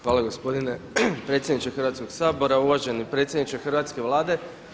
Hvala gospodine predsjedniče Hrvatskog sabora, uvaženi predsjedniče hrvatske Vlade.